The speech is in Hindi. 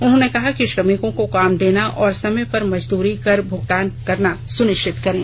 उन्होंने कहा कि श्रमिकों को काम देना और समय पर मजदूरी का भुगतान सुनिश्चित करें